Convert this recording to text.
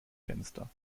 fenster